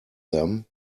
them